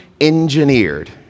engineered